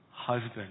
husband